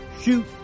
Shoot